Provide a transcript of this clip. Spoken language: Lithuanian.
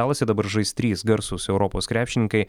dalase dabar žais trys garsūs europos krepšininkai